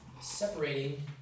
separating